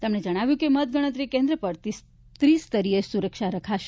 તેમણે જણાવ્યું હતું કે મતગણતરી કેન્દ્ર ઉપર ત્રિસ્તરીય સુરક્ષા રખાશે